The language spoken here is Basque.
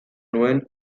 nuen